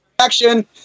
action